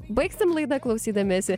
baigsim laidą klausydamiesi